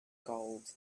gold